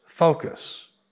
focus